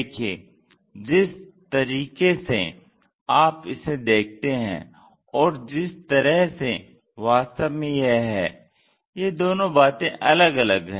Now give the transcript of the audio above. देखिये जिस तरीके आप इसे देखते हैं और जिस तरह से वास्तव में यह है ये दोनों बातें अलग अलग हैं